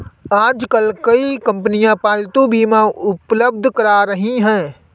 आजकल कई कंपनियां पालतू बीमा उपलब्ध करा रही है